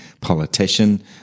politician